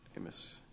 Amos